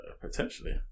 potentially